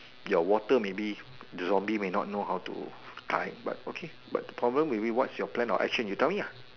ya water maybe the zombie may not know how to die but okay but the problem will be what's your plan of action you tell me ah